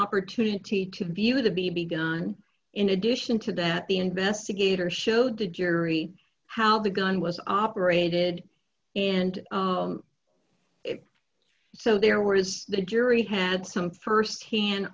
opportunity to view the b b gun in addition to that the investigator showed the jury how the gun was operated and so there was the jury had some st hand